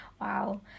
wow